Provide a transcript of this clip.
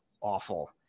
awful